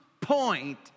point